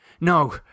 No